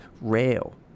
rail